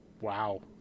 Wow